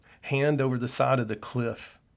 hand-over-the-side-of-the-cliff